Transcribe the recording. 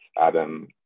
Adam